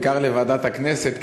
בעיקר לוועדת הכנסת,